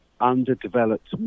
underdeveloped